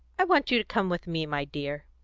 i want you to come with me, my dear.